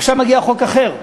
עכשיו מגיע חוק אחר.